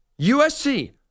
USC